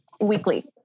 weekly